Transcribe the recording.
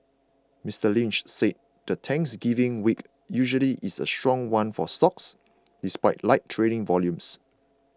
Mister Lynch said the Thanksgiving week usually is a strong one for stocks despite light trading volumes